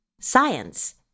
science